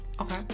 Okay